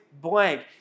blank